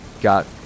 got